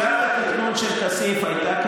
מתחילת התכנון של כסיף היא הייתה,